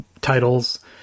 titles